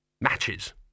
Matches